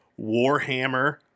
Warhammer